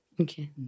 Okay